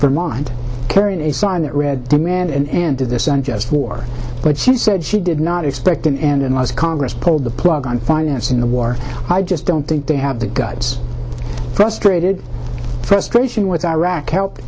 vermont carrying a sign that read demand an end to this unjust war but she said she did not expect an end unless congress pulled the plug on financing the war i just don't think they have the guts frustrated frustration with iraq help